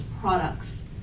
products